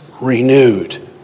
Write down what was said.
renewed